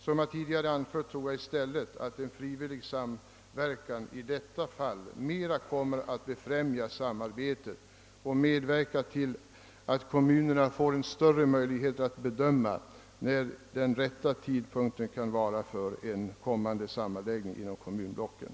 Som jag tidigare anfört, tror jag att en frivillig samverkan i detta fall bättre kommer att befrämja samarbetet och medverka till att kommunerna får större möjlighet att bedöma när den rätta tidpunkten kan vara inne för en sammanläggning inom kommunblocken.